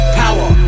power